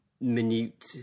minute